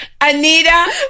Anita